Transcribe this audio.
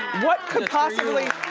what could possibly